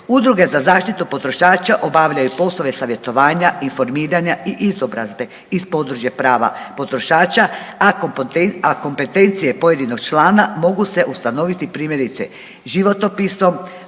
Udruge za zaštitu potrošača obavljaju poslove savjetovanja, informiranja i izobrazbe iz područja prava potrošača, a kompetencije pojedinog člana mogu se ustanoviti primjerice životopisom,